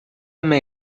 may